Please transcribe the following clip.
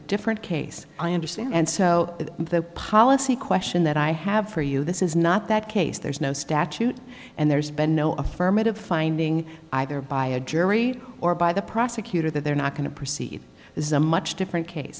different case i understand and so the policy question that i i have for you this is not that case there's no statute and there's been no affirmative finding either by a jury or by the prosecutor that they're not going to proceed this is a much different case